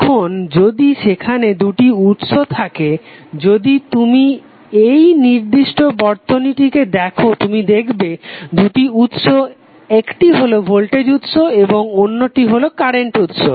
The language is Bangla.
এখন যদি সেখানে দুটি উৎস থাকে যদি তুমি এই নির্দিষ্ট বর্তনীটি দেখো তুমি দেখবে দুটি উৎস একটি হলো ভোল্টেজ উৎস এবং অন্যটি হলো কারেন্ট উৎস